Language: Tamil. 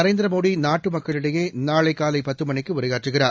நரேந்திரமோடி நாட்டு மக்களிடயே நாளை காலை பத்து மணிக்கு உரையாற்றுகிறார்